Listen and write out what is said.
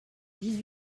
dix